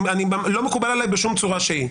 לא מקובל עליי בשום צורה שהיא.